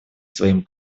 своим